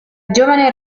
giovane